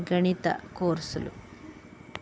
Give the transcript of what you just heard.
గణిత కోర్సులు